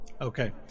Okay